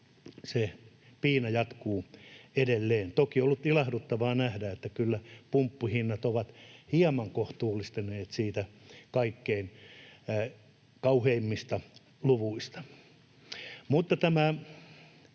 se piina jatkuu edelleen. Toki on ollut ilahduttavaa nähdä, että kyllä pumppuhinnat ovat hieman kohtuullistuneet niistä kaikkein kauheimmista luvuista. Mutta tämä